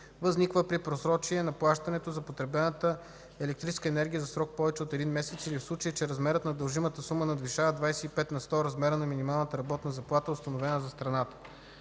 възниква при просрочие на плащането за потребената електрическа енергия за срок повече от един месец или в случай че размерът на дължимата сума надвишава с 25 на сто размера на минималната работна заплата, установена за страната.”